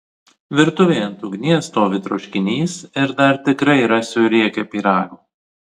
virtuvėje ant ugnies stovi troškinys ir dar tikrai rasiu riekę pyrago